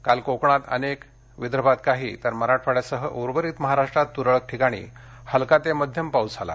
काल कोकणात अनेक विदर्भात काही तर मराठवाड्यासह उर्वरित महाराष्ट्रात तुरळक ठिकाणी हलका ते मध्यम पाऊस झाला